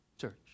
church